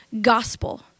gospel